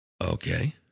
Okay